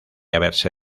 haberse